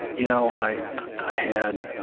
you know, i ah had